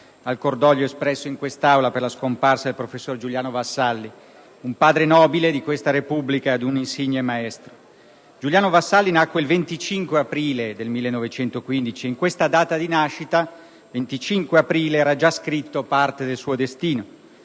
al cordoglio espresso in quest'Aula per la scomparsa del professor Giuliano Vassalli, un padre nobile di questa Repubblica e un insigne maestro. Giuliano Vassalli nacque il 25 aprile 1915, ed in questa data di nascita era già scritto parte del suo destino: